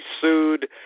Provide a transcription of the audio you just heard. sued